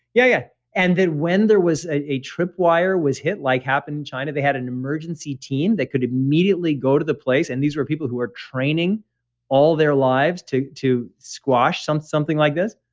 yeah yeah and then when there was a trip wire was hit like happened in china, they had an emergency team that could immediately go to the place. and these were people who are training all their lives to to squash something like this.